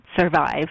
survive